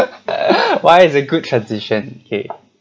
why it's a good transition okay